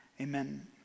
Amen